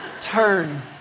turn